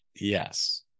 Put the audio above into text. Yes